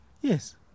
Yes